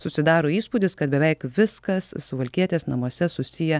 susidaro įspūdis kad beveik viskas suvalkietės namuose susiję